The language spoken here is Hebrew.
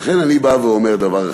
לכן אני בא ואומר דבר אחד: